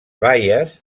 baies